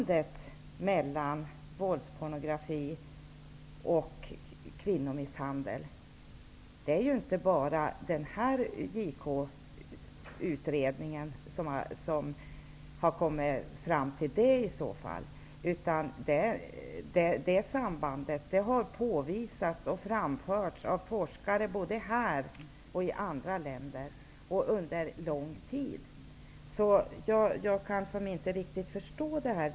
Det är ju inte bara i JK:s utredning som man har kommit fram till att det finns ett samband mellan våldspornografi och kvinnomisshandel. Det sambandet har påvisats och framförts av forskare både här i Sverige och i andra länder under lång tid. Jag kan inte riktigt förstå resonemangen.